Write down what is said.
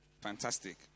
Fantastic